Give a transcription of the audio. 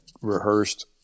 rehearsed